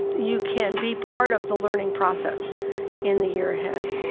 you can be part of the learning process in the year ahead.